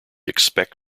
expect